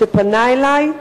שפנה אלי.